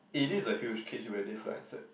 it is a huge cage where they fly inside